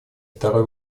второй